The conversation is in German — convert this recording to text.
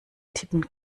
tippen